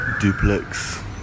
Duplex